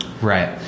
Right